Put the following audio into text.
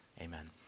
Amen